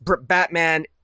Batman